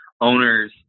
owners